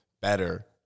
better